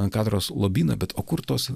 ant katedros lobyną bet o kur tos